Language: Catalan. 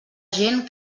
gent